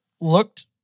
looked